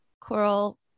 coral